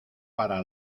para